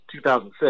2006